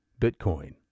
Bitcoin